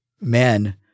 men